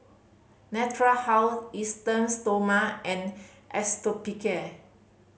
Natura House Esteem Stoma and Hospicare